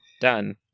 done